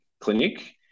clinic